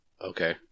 Okay